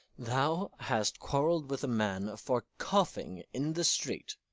thou hast quarrelled with a man for coughing in the street,